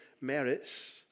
merits